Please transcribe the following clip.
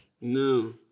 No